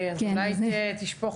עובדת?